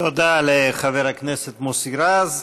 תודה לחבר הכנסת מוסי רז.